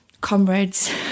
comrades